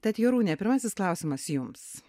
tad jorūne pirmasis klausimas jums